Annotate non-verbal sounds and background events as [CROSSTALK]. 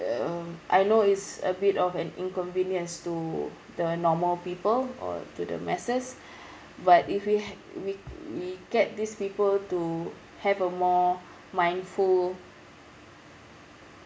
um I know it's a bit of an inconvenience to the normal people or to the masses [BREATH] but if we we we get these people to have a more mindful